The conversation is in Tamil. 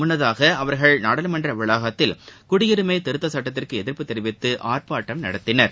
முன்னதாக அவர்கள் நாடாளுமன்ற வளாகத்தில் குடியுரிமை திருத்தச் சட்டத்திற்கு எதிர்ப்பு தெரிவித்து ஆர்ப்பாட்டம் நடத்தினர்